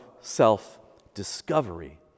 self-discovery